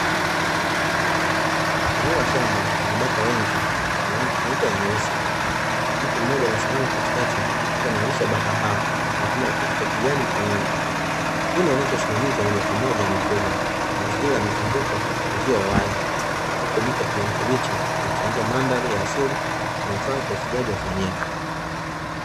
Eneo la shamba lenye bata wengi wenye rangi nyeupe na nyeusi, mtu mmoja amesimama katikati akiwa analisha bata hao kwakutumia kitu cha kijani mkononi, hii inaonyesha usimamizi wa moja kwa moja wa mifugo. Mazingira yamezungukwa na uzio wa waya, huku miti ya kijani kibichi ikichangia mandhari ya asili inayofaa kwa ufugaji wa kienyeji.